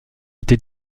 été